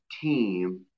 team